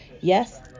Yes